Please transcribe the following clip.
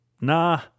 Nah